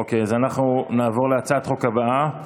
אוקיי, אז אנחנו נעבור להצעת החוק הבאה,